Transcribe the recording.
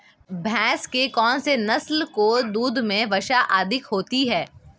भैंस की कौनसी नस्ल के दूध में वसा अधिक होती है?